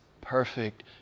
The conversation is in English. perfect